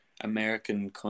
American